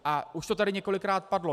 A už to tady několikrát padlo.